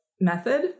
method